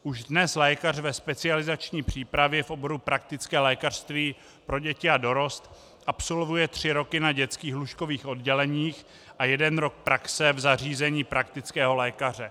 Už dnes lékař ve specializační přípravě v oboru praktické lékařství pro děti a dorost absolvuje tři roky na dětských lůžkových odděleních a jeden rok praxe v zařízení praktického lékaře.